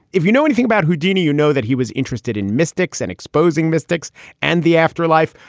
if you know anything about houdini, you know that he was interested in mystics and exposing mystics and the afterlife.